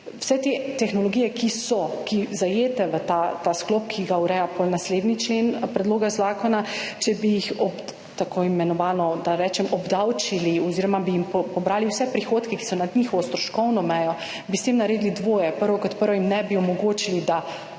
vse te tehnologije, ki so, ki zajete v ta sklop, ki ga ureja pol naslednji člen predloga zakona, če bi jih ob tako imenovano, da rečem, obdavčili oziroma bi jim pobrali vse prihodke, ki so nad njihovo stroškovno mejo, bi s tem naredili dvoje, prvo kot prvo jim ne bi omogočili, da